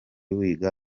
wiga